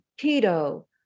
keto